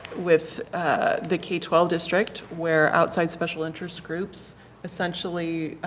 with the k twelve district where outside special interest groups essentially